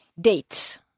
Dates